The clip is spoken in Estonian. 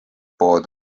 pood